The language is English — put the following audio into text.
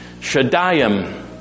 shadayim